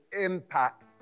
impact